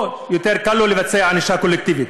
או שיותר קל לו לבצע ענישה קולקטיבית?